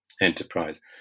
enterprise